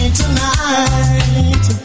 tonight